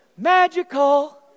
magical